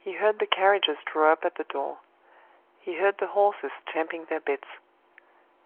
he heard the carriages draw up at the door he heard the horses champing their bits